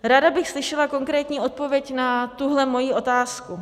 Ráda bych slyšela konkrétní odpověď na tuhle svoji otázku.